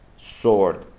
sword